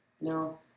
No